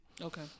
Okay